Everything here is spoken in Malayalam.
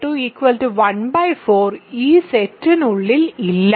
½ ¼ ഈ സെറ്റിനുള്ളിൽ ഇല്ല